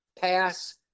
pass